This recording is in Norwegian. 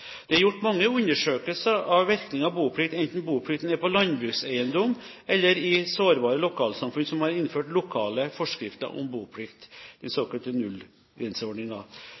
Det er gjort mange undersøkelser av virkningene av boplikt, enten boplikten er på en landbrukseiendom eller i sårbare lokalsamfunn som har innført lokale forskrifter om boplikt – den såkalte